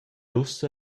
ussa